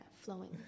flowing